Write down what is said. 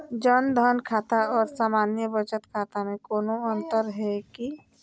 जन धन खाता और सामान्य बचत खाता में कोनो अंतर है की?